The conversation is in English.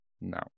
No